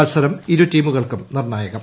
മത്സരം ഇരു ടീമുകൾക്കും നിർണായകം